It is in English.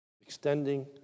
Extending